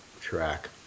track